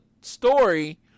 story